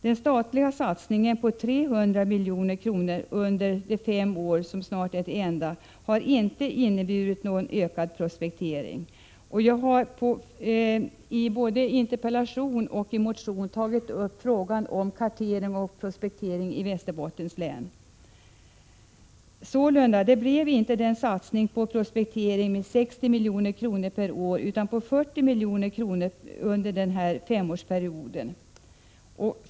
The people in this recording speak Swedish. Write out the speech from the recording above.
Den statliga satsningen på 300 milj.kr. under de fem år som snart är till ända har inte inneburit någon ökning av prospekteringen. Jag har i både interpellation och motion tagit upp frågan om kartering och prospektering i Västerbottens län. Det blev sålunda inte någon satsning på prospektering med 60 milj.kr. per år, utan det blev 40 milj.kr. under denna femårsperiod.